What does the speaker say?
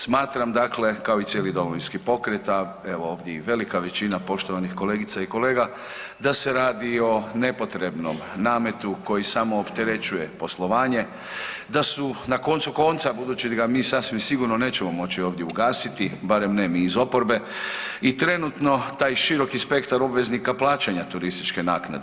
Smatram, dakle, kao i cijeli Domovinski pokret, a evo ovdje i velika većina poštovanih kolegica i kolega, da se radi o nepotrebnom nametu koji samo opterećuje poslovanje, da su na koncu konca budući ga mi sasvim sigurno nećemo moći ovdje ugasiti, barem ne mi iz oporbe, i trenutno taj široki spektar obveznika plaćanja turističke naknade.